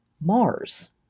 Mars